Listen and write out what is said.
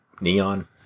neon